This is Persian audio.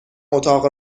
اتاق